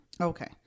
okay